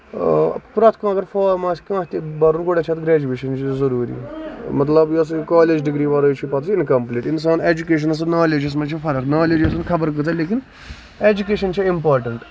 پرٮ۪تھ کانہہ اَگر فارم آسہِ کانہہ تہِ بَرُن گۄڈٕے چھِ اَتھ گریجویشن ضروٗری مطلب یۄس کالیج ڈگری ورٲے چھِ پَتہٕ اِنکَمپٕلیٖٹ اِنسان ایجُوکیشنس تہٕ نالیجَس منٛز چھِ فرق نالیج ٲسِنۍ خبر کۭژاہ لیکِن ایجُوکیشن چھِ اَمپارٹنٹ